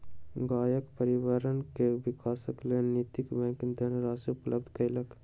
गामक पर्यावरण के विकासक लेल नैतिक बैंक धनराशि उपलब्ध केलक